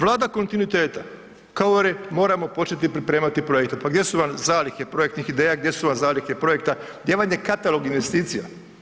Vlada kontinuiteta, govore moramo početi pripremati projekte, pa gdje su vam zalihe projektnih ideja, gdje su vam zalihe projekta, gdje vam je katalog investicija?